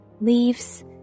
leaves